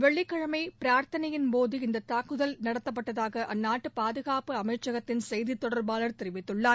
வெள்ளிக்கிழமை பிரார்த்தனையின்போது இந்த தாக்குதல் நடத்தப்பட்டதாக அந்நாட்டு பாதுகாப்பு அமைச்சகத்தின் செய்தி தொடர்பாளர் தெரிவித்துள்ளார்